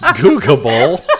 Google